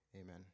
amen